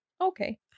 Okay